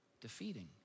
defeating